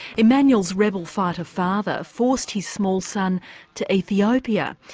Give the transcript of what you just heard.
emanuel's rebel fighter father forced his small son to ethiopia,